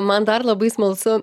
man dar labai smalsu